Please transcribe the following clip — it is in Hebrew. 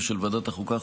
יושב-ראש ועדת החוקה,